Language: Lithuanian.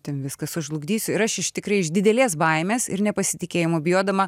ten viską sužlugdysiu ir aš iš tikrai iš didelės baimės ir nepasitikėjimo bijodama